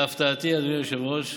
להפתעתי, אדוני היושב-ראש,